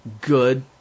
good